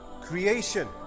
creation